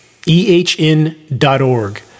ehn.org